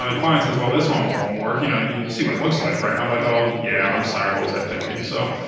and the client says, well this one won't work. you know, you and you see what it looks like, right? and i'm like, oh yeah, i'm sorry, what was i thinking? so,